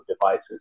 devices